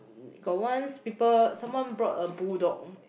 got once people someone bought a bull dog